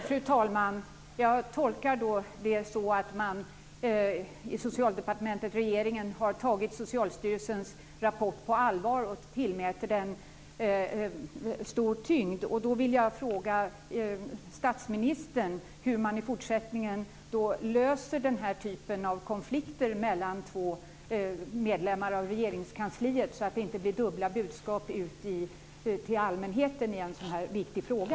Fru talman! Jag tolkar detta så att Socialdepartementet och regeringen har tagit Socialstyrelsens rapport på allvar och tillmäter den stor tyngd. Då vill jag fråga statsministern hur man i fortsättningen löser den här typen av konflikter mellan två medlemmar av Regeringskansliet så att det inte blir dubbla budskap ut till allmänheten i en så här viktig fråga.